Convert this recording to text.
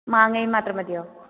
മാങ്ങയും മാത്രം മതിയോ